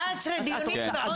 14 דיונים, ועדיין אין נוהל?